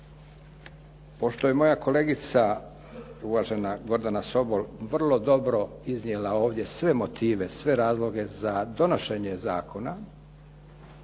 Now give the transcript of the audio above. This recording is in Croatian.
Pošto je moja kolegica, uvažena Gordana Sobol vrlo dobro iznijela ovdje sve motive, sve razloge za donošenje zakona